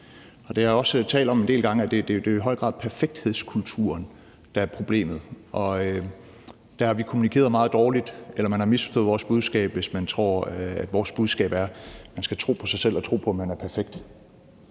Det har jeg også talt om en del gange, altså at det i høj grad er perfekthedskulturen, der er problemet. Der har vi kommunikeret meget dårligt, eller man har misforstået vores budskab, hvis man tror, at vores budskab er, at man skal tro på sig selv og tro på, man er perfekt